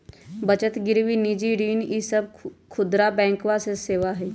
बचत गिरवी निजी ऋण ई सब खुदरा बैंकवा के सेवा हई